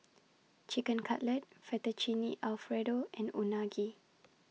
Chicken Cutlet Fettuccine Alfredo and Unagi